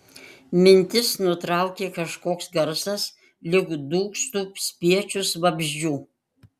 mintis nutraukė kažkoks garsas lyg dūgztų spiečius vabzdžių